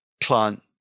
client